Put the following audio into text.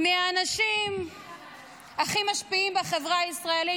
מהאנשים הכי משפיעים בחברה הישראלית,